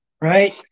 right